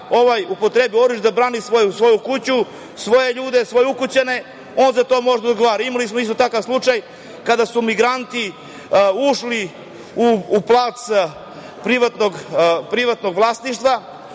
ovaj upotrebi oružje da brani svoju kuću, svoje ljude, svoje ukućane, on za to može da odgovora. Imali smo isto takav slučaj kada su migranti ušli u plac privatnog vlasništva